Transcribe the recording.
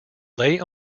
lay